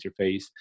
interface